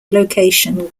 location